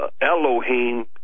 Elohim